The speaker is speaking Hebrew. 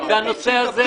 הנושא הזה לא עלה.